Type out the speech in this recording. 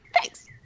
thanks